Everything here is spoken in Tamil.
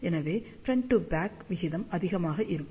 எனவே ஃப்ராண்ட் டு பேக் விகிதம் அதிகமாக இருக்கும்